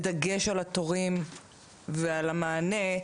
בדגש על התורים ועל המענה,